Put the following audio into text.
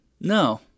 no